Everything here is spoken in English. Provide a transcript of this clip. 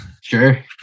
Sure